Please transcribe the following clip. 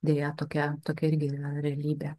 deja tokia tokia irgi realybė